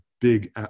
big